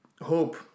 hope